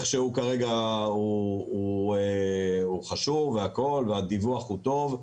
כפי שהוא כרגע, הוא חשוב והדיווח הוא טוב.